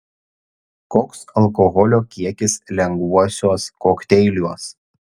koks alkoholio kiekis lengvuosiuos kokteiliuos